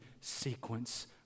sequence